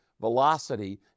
velocity